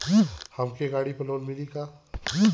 हमके गाड़ी पर लोन मिली का?